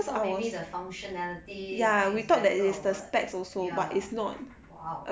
I thought maybe the functionality like is better or what ya !wow!